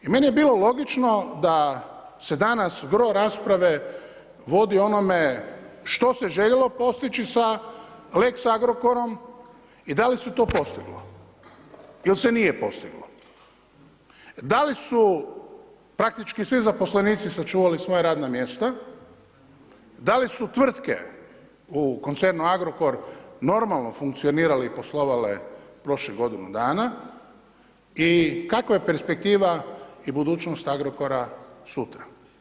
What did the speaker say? I meni je bilo logično da se danas gro rasprave vodi o onome što se željelo postići sa lex Agrokorom i da li se to postiglo ili se nije postiglo, da li su praktički svi zaposlenici sačuvali svoja radna mjesta, da li su tvrtke u koncernu Agrokor normalno funkcionirale i poslovale prošlih godinu dana i kakva je perspektiva i budućnost Agrokora sutra.